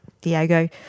Diego